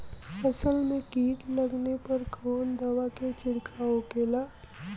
फसल में कीट लगने पर कौन दवा के छिड़काव होखेला?